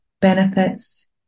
benefits